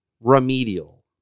remedial